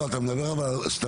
אבל אתה מדבר על מה?